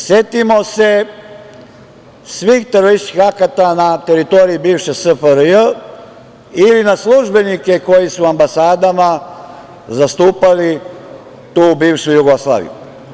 Setimo se svih terorističkih akata na teritoriji SFRJ ili na službenike koji su u ambasadama zastupali tu bivšu Jugoslaviju.